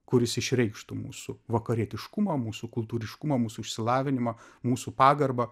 kuris išreikštų mūsų vakarietiškumą mūsų kultūriškumą mūsų išsilavinimą mūsų pagarbą